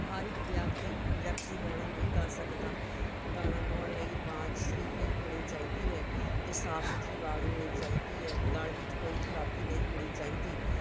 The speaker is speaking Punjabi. ਹਰ ਇੱਕ ਵਿਅਕਤੀ ਵਿਅਕਤੀ ਗਾਣਾ ਨਹੀਂ ਗਾ ਸਕਦਾ ਗਾਣਾ ਗਾਉਣ ਲਈ ਆਵਾਜ਼ ਸੁਰੀਲੀ ਹੋਣੀ ਚਾਹੀਦੀ ਹੈ ਅਤੇ ਸਾਫ਼ ਸੁਥਰੀ ਆਵਾਜ਼ ਹੋਣੀ ਚਾਹੀਦੀ ਹੈ ਗਲ ਵਿੱਚ ਕੋਈ ਖਰਾਬੀ ਨਹੀਂ ਹੋਣੀ ਚਾਹੀਦੀ